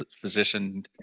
physician